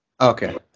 Okay